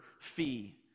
fee